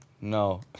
No